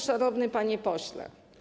Szanowny Panie Pośle!